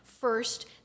First